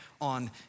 on